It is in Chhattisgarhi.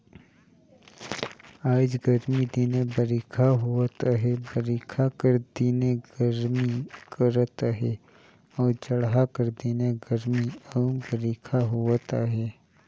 आएज गरमी दिने बरिखा होवत अहे बरिखा कर दिने गरमी करत अहे अउ जड़हा कर दिने गरमी अउ बरिखा होवत अहे